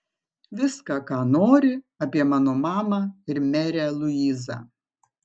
viską ką nori apie mano mamą ir merę luizą